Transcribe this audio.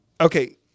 Okay